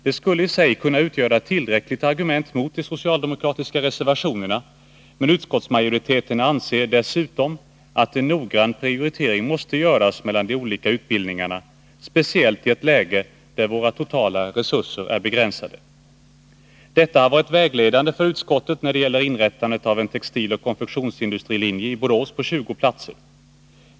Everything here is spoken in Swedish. Det skulle i sig kunna utgöra tillräckligt argument mot de socialdemokratiska reservationerna, men utskottsmajoriteten anser dessutom att en noggrann prioritering måste göras mellan de olika utbildningarna, speciellt i ett läge där våra totala resurser är begränsade. Detta har varit vägledande för utskottet när det gäller inrättande 29 av en textiloch konfektionsindustrilinje i Borås med 20 platser.